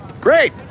Great